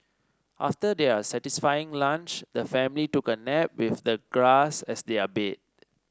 after their satisfying lunch the family took a nap with the grass as their bed